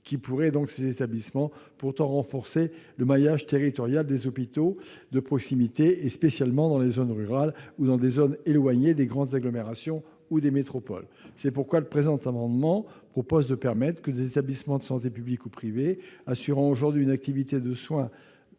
soins spécialisés. Ces établissements pourraient renforcer le maillage territorial des hôpitaux de proximité, spécialement dans les zones rurales ou éloignées des grandes agglomérations et des métropoles. C'est pourquoi le présent amendement a pour objet de permettre que des établissements de santé publics ou privés assurant aujourd'hui une activité de soins